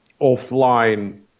offline